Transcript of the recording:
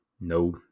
no